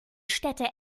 städte